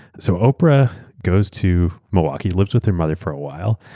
so oprah goes to milwaukee, lives with her mother for a while.